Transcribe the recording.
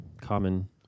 common